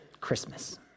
Christmas